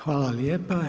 Hvala lijepa.